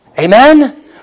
Amen